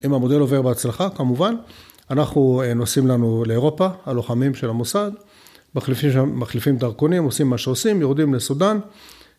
אם המודל עובר בהצלחה, כמובן, אנחנו נוסעים לנו לאירופה, הלוחמים של המוסד, מחליפים דרכונים, עושים מה שעושים, יורדים לסודן